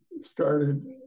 started